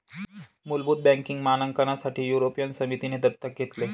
मुलभूत बँकिंग मानकांसाठी युरोपियन समितीने दत्तक घेतले